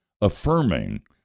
affirming